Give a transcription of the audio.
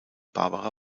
barbara